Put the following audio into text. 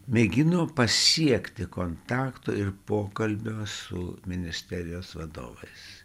mėgino pasiekti kontakto ir pokalbio su ministerijos vadovais